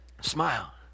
Smile